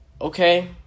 okay